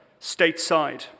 stateside